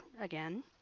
again